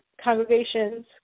congregations